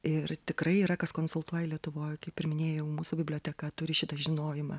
ir tikrai yra kas konsultuoja lietuvoj kaip ir minėjau mūsų biblioteka turi šitą žinojimą